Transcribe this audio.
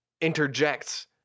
interjects